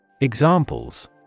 Examples